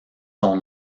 son